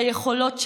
ביכולות שלה,